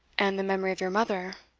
and the memory of your mother?